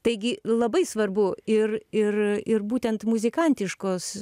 taigi labai svarbu ir ir ir būtent muzikantiškos